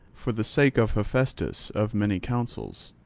for the sake of hephaestus of many counsels,